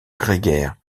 grégaire